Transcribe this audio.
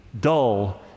dull